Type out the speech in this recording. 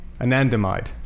anandamide